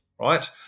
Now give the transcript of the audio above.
right